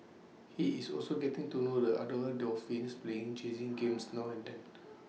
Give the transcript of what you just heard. he is also getting to know the other one dolphins playing chasing games now and then